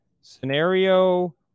Scenario